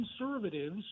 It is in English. conservatives